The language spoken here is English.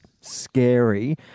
scary